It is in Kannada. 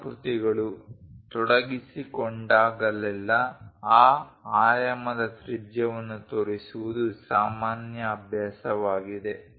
ವಕ್ರಾಕೃತಿಗಳು ತೊಡಗಿಸಿಕೊಂಡಾಗಲೆಲ್ಲಾ ಆ ಆಯಾಮದ ತ್ರಿಜ್ಯವನ್ನು ತೋರಿಸುವುದು ಸಾಮಾನ್ಯ ಅಭ್ಯಾಸವಾಗಿದೆ